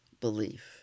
belief